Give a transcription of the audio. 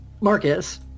Marcus